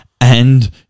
and-